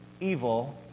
Evil